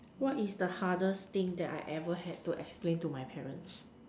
what is the hardest thing that I ever had to explain to my parents